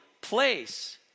place